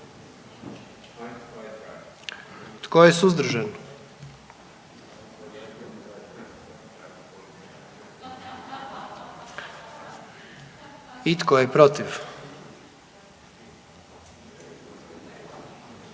Tko je suzdržan? I tko je protiv?